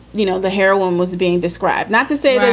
you know, the heroine was being described. not to say that,